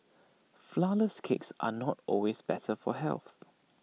Flourless Cakes are not always better for health